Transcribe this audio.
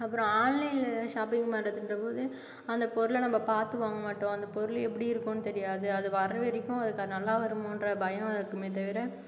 அப்புறம் ஆன்லைனில் ஷாப்பிங் பண்ணணுறதுன்றபோது அந்தப் பொருளை நம்ம பார்த்து வாங்க மாட்டோம் அந்த பொருள் எப்படி இருக்குதுன்னு தெரியாது அது வர்ற வரைக்கும் அது நல்லா வருமாகிற பயம் இருக்குமே தவிர